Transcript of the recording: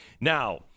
now